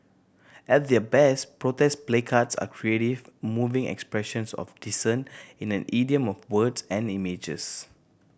at their best protest placards are creative moving expressions of dissent in the idiom of words and images